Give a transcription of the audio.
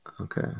okay